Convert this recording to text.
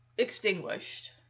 Extinguished